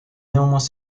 néanmoins